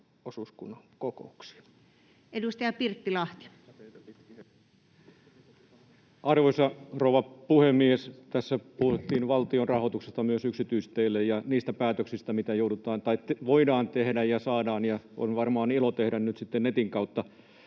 muuttamisesta Time: 19:01 Content: Arvoisa rouva puhemies! Tässä puhuttiin valtionrahoituksesta myös yksityisteille ja niistä päätöksistä, mitä joudutaan tekemään — tai voidaan ja saadaan tehdä ja on varmaan ilo tehdä nyt sitten netin kautta